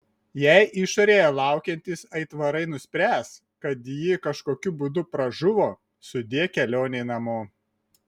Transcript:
jei išorėje laukiantys aitvarai nuspręs kad ji kažkokiu būdu pražuvo sudie kelionei namo